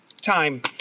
time